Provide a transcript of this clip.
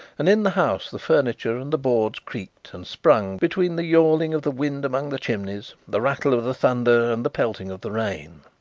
and in the house the furniture and the boards creaked and sprung between the yawling of the wind among the chimneys, the rattle of the thunder and the pelting of the rain.